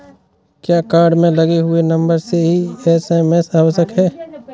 क्या कार्ड में लगे हुए नंबर से ही एस.एम.एस आवश्यक है?